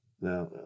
now